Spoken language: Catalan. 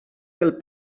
del